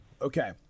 Okay